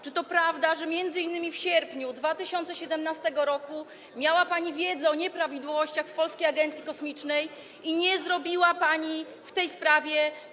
Czy to prawda, że m.in. w sierpniu 2017 r. miała pani wiedzę o nieprawidłowościach w Polskiej Agencji Kosmicznej i nie zrobiła pani nic w tej sprawie?